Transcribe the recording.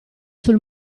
sul